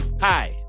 hi